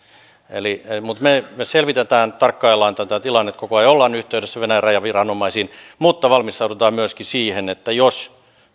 me me selvitämme ja tarkkailemme tätä tilannetta koko ajan ja olemme yhteydessä venäjän rajaviranomaisiin mutta valmistaudumme myöskin siihen että jos